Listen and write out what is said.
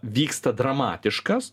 vyksta dramatiškas